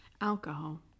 Alcohol